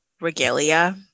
regalia